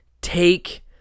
take